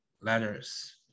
Letters